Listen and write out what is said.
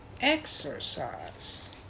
exercise